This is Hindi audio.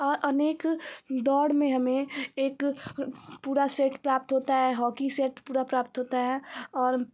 और अनेक दौड़ में हमें एक पूरा सेट प्राप्त होता है हॉकी सेट पूरा प्राप्त होता है और